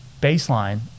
baseline